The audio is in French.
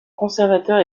conservateur